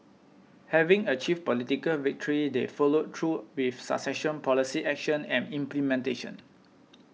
having achieved political victory they followed through with successful policy action and implementation